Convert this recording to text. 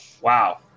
wow